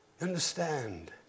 Understand